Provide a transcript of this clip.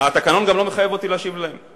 התקנון גם לא מחייב אותי להשיב להם.